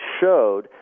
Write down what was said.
showed